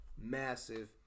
massive